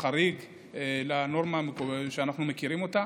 לחריג מהנורמה שאנחנו מכירים אותה.